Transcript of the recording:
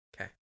Okay